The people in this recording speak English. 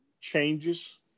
changes